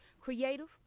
Creative